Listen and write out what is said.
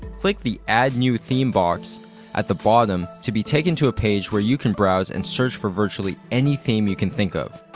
click the add new theme box at the bottom to be taken to a page where you can browse and search for virtually any theme you can think of.